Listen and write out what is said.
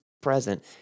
present